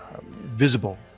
visible